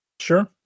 Sure